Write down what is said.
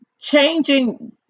changing